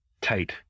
tight